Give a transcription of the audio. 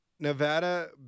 Nevada